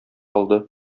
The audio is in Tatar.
алды